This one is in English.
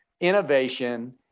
innovation